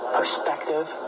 perspective